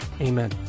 Amen